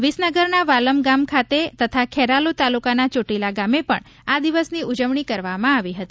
વિસનગરના વાલમ ગામ ખાતે તથા ખેરાલુ તાલુકાના ચોટીલા ગામે પણ આ દિવસની ઉજવણી કરવામાં આવી હતી